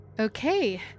Okay